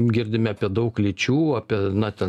girdime apie daug lyčių apie na ten